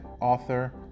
author